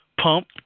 pump